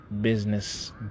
business